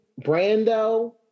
Brando